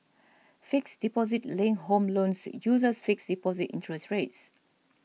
fixed deposit linked home loans uses fixed deposit interest rates